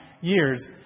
years